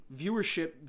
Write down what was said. viewership